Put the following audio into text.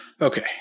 Okay